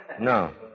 No